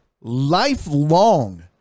lifelong